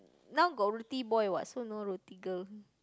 now got Rotiboy [what] so no roti girl